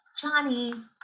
Johnny